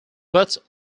but